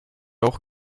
auch